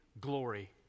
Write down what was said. glory